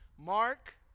Mark